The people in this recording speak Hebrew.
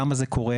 למה זה קורה,